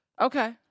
Okay